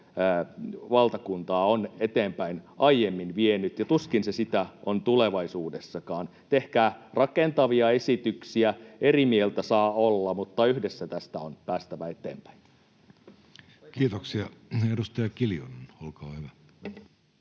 tätä valtakuntaa on eteenpäin aiemmin vienyt, ja tuskin se sitä on tulevaisuudessakaan. Tehkää rakentavia esityksiä. Eri mieltä saa olla, mutta yhdessä tästä on päästävä eteenpäin. [Speech 86] Speaker: Jussi Halla-aho